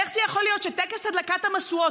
איך זה יכול להיות שטקס הדלקת המשואות,